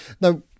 Now